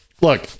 look